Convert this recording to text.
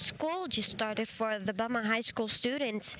school just started for the bomber high school student